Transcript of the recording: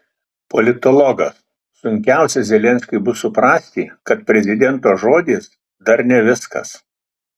politologas sunkiausia zelenskiui bus suprasti kad prezidento žodis dar ne viskas